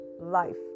life